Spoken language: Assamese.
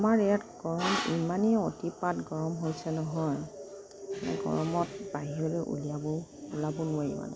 আমাৰ ইয়াত গৰম ইমানে অতিপাত গৰম হৈছে নহয় মানে গৰমত বাহিৰলৈ উলিয়াবও ওলাব নোৱাৰি মানে